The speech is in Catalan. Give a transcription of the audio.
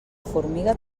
formiga